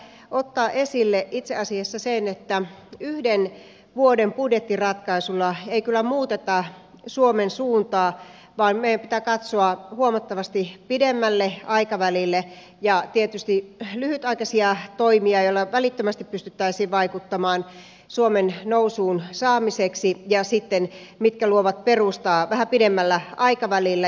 haluan tässä ottaa esille itse asiassa sen että yhden vuoden budjettiratkaisulla ei kyllä muuteta suomen suuntaa vaan meidän pitää katsoa huomattavasti pidemmälle aikavälille ja tietysti lyhytaikaisiin toimiin joilla välittömästi pystyttäisiin vaikuttamaan suomen nousuun saamiseksi ja sitten niihin mitkä luovat perustaa vähän pidemmällä aikavälillä